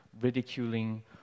ridiculing